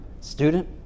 Student